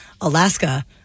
Alaska